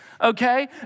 okay